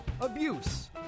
abuse